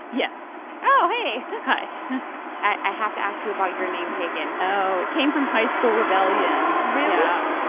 yes oh, hey hi i have to ask you about your name, pagan oh, it came from high school rebellion really? yeah.